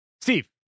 Steve